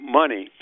money